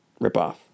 ripoff